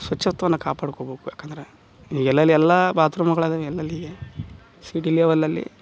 ಶುಚಿತ್ವವನ್ನು ಕಾಪಾಡ್ಕೊಬೇಕು ಯಾಕಂದ್ರೆ ಎಲ್ಲೆಲ್ಲಿ ಎಲ್ಲ ಬಾತ್ರೂಮ್ಗಳು ಅದಾವೆ ಎಲ್ಲೆಲ್ಲಿಗೆ ಸಿಟಿ ಲೆವಲಲ್ಲಿ